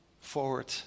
forward